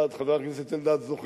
שחבר הכנסת אריה אלדד זוכר,